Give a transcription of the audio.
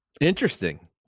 Interesting